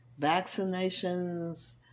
vaccinations